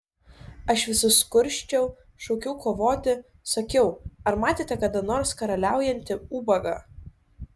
aš visus kursčiau šaukiau kovoti sakiau ar matėte kada nors karaliaujantį ubagą